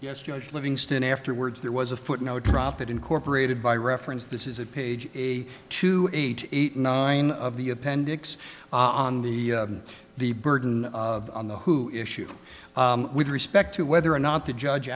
yes judge livingston afterwards there was a footnote drop that incorporated by reference this is a page a two eight eight nine of the appendix on the the burden of the who issue with respect to whether or not the judge